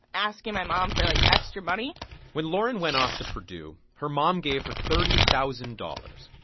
asking my mom for, like, extra money when lauren went off to purdue, her mom gave her thirty thousand dollars